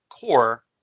core